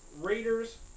Raiders